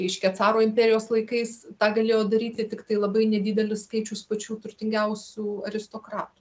reiškia caro imperijos laikais tą galėjo daryti tiktai labai nedidelis skaičius pačių turtingiausių aristokratų